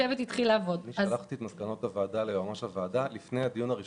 העברתי את המלצות הוועדה לוועדת החוץ